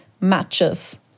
matches